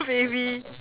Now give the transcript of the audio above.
wavy